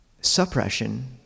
Suppression